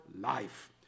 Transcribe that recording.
life